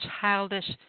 Childish